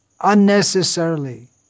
unnecessarily